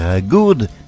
Good